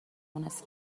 مونس